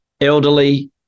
elderly